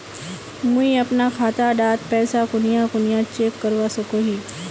मुई अपना खाता डात पैसा कुनियाँ कुनियाँ चेक करवा सकोहो ही?